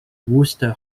wooster